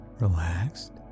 relaxed